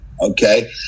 okay